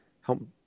help